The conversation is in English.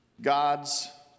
God's